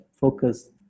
focus